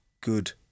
good